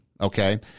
okay